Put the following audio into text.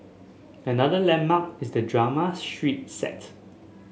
another landmark is the drama street set